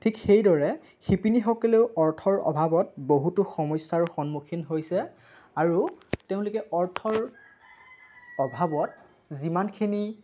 ঠিক সেইদৰে শিপিনীসকলেও অৰ্থৰ অভাৱত বহুতো সমস্যাৰ সন্মুখীন হৈছে আৰু তেওঁলোকে অৰ্থৰ অভাৱত যিমানখিনি